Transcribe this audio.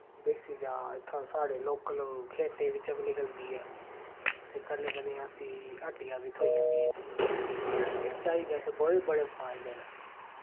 देसी चा इत्थां साढ़े लोकल खेतें बिच्चा बी निकलदी ऐ ते कन्नै कन्नै असें ई हट्टिया बी थ्होई जन्दी ऐ इस चाई दे असें बड़े बड़े फायदे न